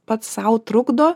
pats sau trukdo